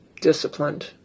disciplined